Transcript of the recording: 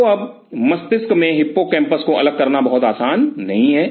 तो अब मस्तिष्क में हिप्पोकैम्पस को अलग करना बहुत आसान नहीं है